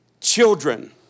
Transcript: children